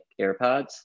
AirPods